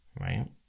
Right